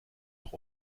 doch